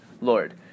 Lord